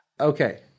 Okay